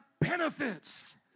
benefits